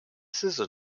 scissor